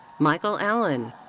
michael allen.